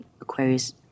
Aquarius